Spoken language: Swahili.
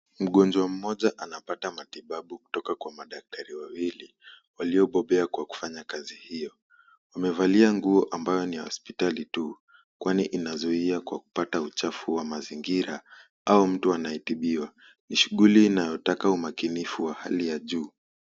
Mgonjwa mmoja anapata matibabu kutoka kwa madaktari wawili waliobobea kwa kufanya kazi hiyo. Wamevalia nguo ambayo ni ya hospitali tu kwani inazuia kwa kupata uchafu wa mazingira au mtu anayetibiwa. Ni shughuli inayotaka umakinifu wa hali ya juu.